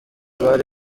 bari